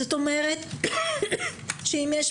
זאת אומרת שאם יש,